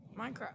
Minecraft